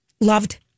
Loved